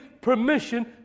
permission